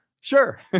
Sure